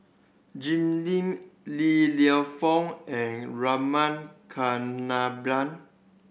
Jim Lim Li Lienfung and Rama Kannabiran